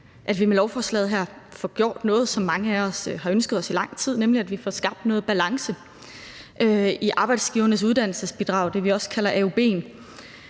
at vi med lovforslaget her får gjort noget, som mange af os har ønsket os i lang tid, nemlig at få skabt noget balance i Arbejdsgivernes Uddannelsesbidrag – det, vi også kalder AUB'en.